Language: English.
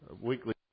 weekly